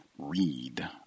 read